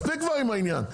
מספיק כבר עם העניין.